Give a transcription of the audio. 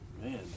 Man